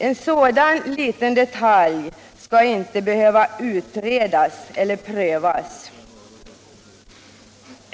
En sådan liten detalj skall inte behöva utredas eller prövas.